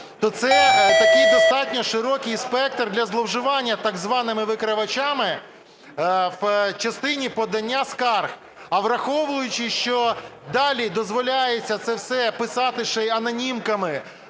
то це такий достатньо широкий спектр для зловживання так званими викривачами в частині подання скарг. А враховуючи, що далі дозволяється це все писати ще й анонімками,